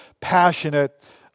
passionate